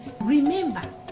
Remember